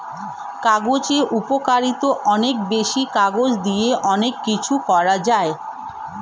কাগজের উপকারিতা অনেক বেশি, কাগজ দিয়ে অনেক কিছু করা যায়